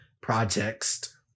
projects